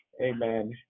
Amen